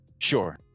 Sure